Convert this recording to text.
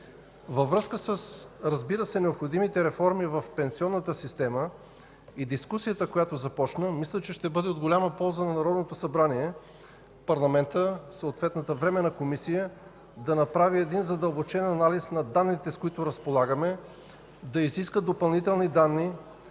Във връзка с необходимите реформи в пенсионната система и дискусията, която започна, мисля, че ще бъде от голяма полза на Народното събрание парламентът, съответната Временна комисия да направят задълбочен анализ на данните, с които разполагаме, да изискат допълнителни данни,